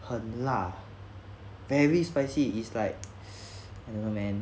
很辣 very spicy is like no man